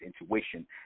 intuition